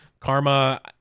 Karma